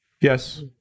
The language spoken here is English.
Yes